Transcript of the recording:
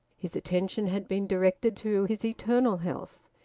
his attention had been directed to his eternal health.